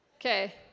Okay